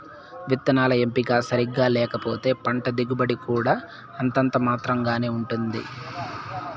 విత్తనాల ఎంపిక సరిగ్గా లేకపోతే పంట దిగుబడి కూడా అంతంత మాత్రం గానే ఉంటుంది